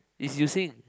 is you sing